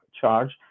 charge